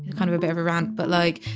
kind of of ever rant but like,